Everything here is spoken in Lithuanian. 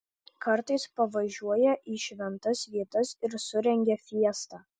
kartais pavažiuoja į šventas vietas ir surengia fiestą